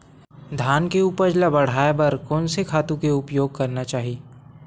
धान के उपज ल बढ़ाये बर कोन से खातु के उपयोग करना चाही?